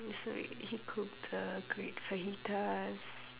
it's like he cooked uh great fajitas